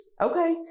Okay